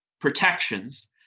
protections